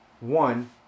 one